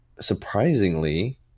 surprisingly